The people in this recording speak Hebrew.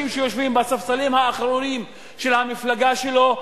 שיושבים בספסלים האחרונים של המפלגה שלו,